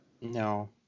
No